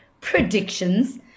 predictions